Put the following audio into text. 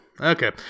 Okay